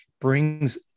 brings